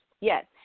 yes